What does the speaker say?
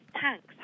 tanks